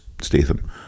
Statham